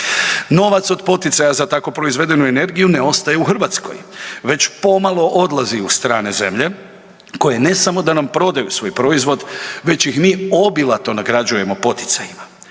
Novac od poticaja za tako proizvedenu energiju ne ostaje u Hrvatskoj već pomalo odlazi u strane zemlje koje ne samo da nam prodaju svoj proizvod već ih mi obilato nagrađujemo poticajima.